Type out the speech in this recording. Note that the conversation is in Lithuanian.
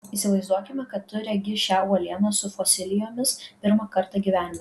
įsivaizduokime kad tu regi šią uolieną su fosilijomis pirmą kartą gyvenime